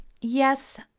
yes